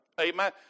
Amen